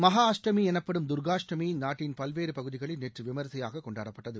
மகா அஷ்டமி எனப்படும் தர்காஷ்டமி நாட்டின் பல்வேறு பகுதிகளில் நேற்று விமரிசையாக கொண்டாடப்பட்டது